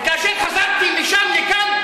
וכאשר חזרתי משם לכאן,